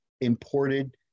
imported